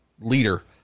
leader